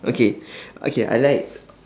okay okay I like